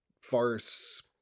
farce